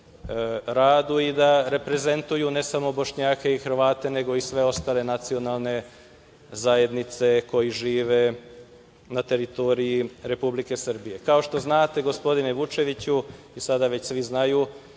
radu i da reprezentuju ne samo Bošnjake i Hrvate, nego i sve ostale nacionalne zajednice koji žive na teritoriji Republike Srbije. Kao što znate, gospodine Vučeviću, sada već svi znaju,